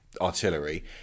artillery